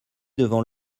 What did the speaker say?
devant